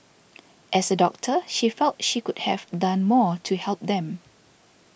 as a doctor she felt she could have done more to help them